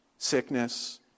sickness